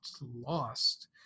lost